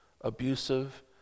abusive